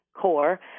core